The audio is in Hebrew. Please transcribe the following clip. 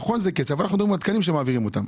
נכון שזה כסף אבל אנחנו מדברים על תקנים שמעבירים אותם.